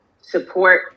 support